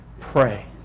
pray